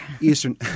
Eastern